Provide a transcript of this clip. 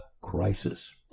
crisis